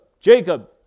Jacob